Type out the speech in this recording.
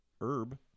herb